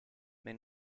may